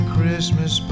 Christmas